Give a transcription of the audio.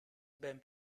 ben